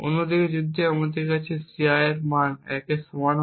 অন্যদিকে যদি আমাদের কাছে Ci এর মান 1 এর সমান হয়